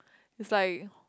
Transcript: is like